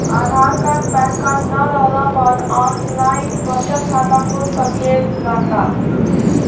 आधार card PAN card न रहला पर आन लाइन बचत खाता खुल सकेला का?